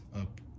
up